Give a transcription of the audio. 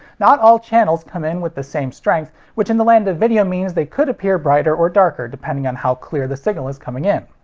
not all channels come in with the same strength, which in the land of video means they could appear brighter or darker depending on how clear the signal is coming in.